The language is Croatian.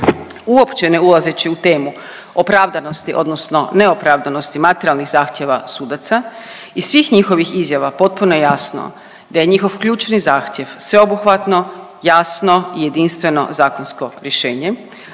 Uopće ne ulazeći u temu opravdanosti odnosno neopravdanosti materijalnih zahtjeva sudaca i svih njihovih izjava, potpuno je jasno da je njihov ključni zahtjev sveobuhvatno jasno i jedinstveno zakonsko rješenje,